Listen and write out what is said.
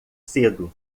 cedo